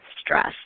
stress